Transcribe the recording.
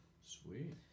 sweet